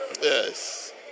Yes